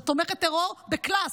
זו תומכת טרור בקלאס.